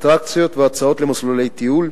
אטרקציות והצעות למסלולי טיול,